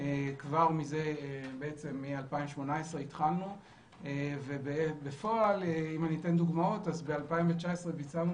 וכבר מ-2018 התחלנו בפועל אתן דוגמאות: ב-2019 ביצענו